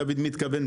דוד מתכוון,